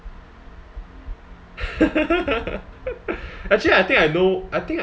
actually I think I know I think